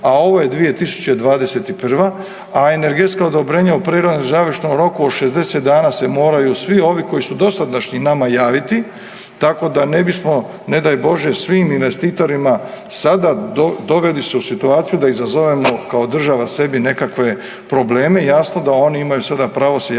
a ovo je 2021., a energetska odobrenja … /ne razumije se/… roku od 60 dana se moraju svi ovi koji su dosadašnji nama javiti, tako da ne bismo ne daj Bože svim investitorima sada doveli se u situaciju da izazovemo kao država sebi nekakve probleme. Jasno da oni imaju sada pravo se javiti